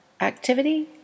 activity